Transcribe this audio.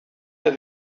that